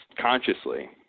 consciously